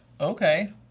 Okay